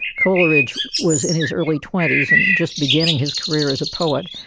coleridge was in his early twenty s and just beginning his career as a poet.